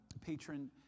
patron